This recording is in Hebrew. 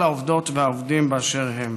לכל העובדות ועובדי הכנסת באשר הם.